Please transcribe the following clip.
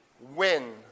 win